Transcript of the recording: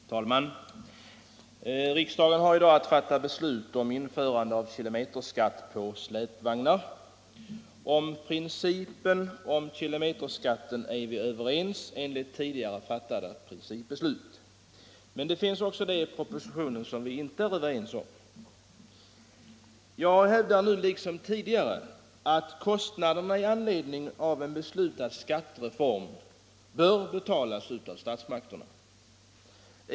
Herr talman! Riksdagen har i dag att fatta beslut om införande av kilometerskatt på släpvagnar. Om principen för kilometerskatten är vi överens enligt tidigare fattat principbeslut, men det finns i propositionen också sådant som vi inte är överens om. Jag hävdar nu liksom tidigare att kostnaderna i anledning av en beslutad skattereform bör betalas av statsmakterna.